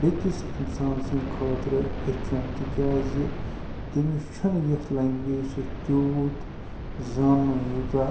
بیٚیِس اِنسان سٕنٛدِ خٲطرٕ ہیٚچھُن تِکیٛازِ تٔمِس چھُ نہٕ یتھ لنٛگویج سۭتۍ تیٛوٗت زانُن یوٗتاہ